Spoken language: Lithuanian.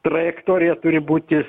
trajektoriją turi būti